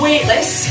Weightless